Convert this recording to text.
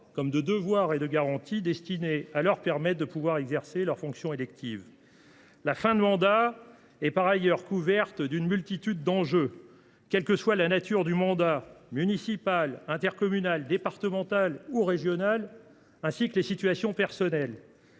que des devoirs et des garanties, destinés à leur permettre d’exercer leurs fonctions électives. La fin de mandat est par ailleurs liée à une multitude d’enjeux, quelle que soit la nature du mandat – municipal, intercommunal, départemental ou régional – et quelles que soient les situations personnelles.